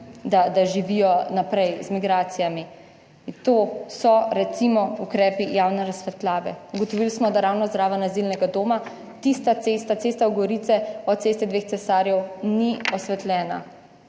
da živijo naprej z migracijami. To so recimo ukrepi javne razsvetljave. Ugotovili smo, da ravno zraven azilnega doma, tista cesta, Cesta v Gorice, od Ceste dveh cesarjev ni osvetljena.